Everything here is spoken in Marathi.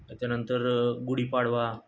त्याच्यानंतर गुढीपाडवा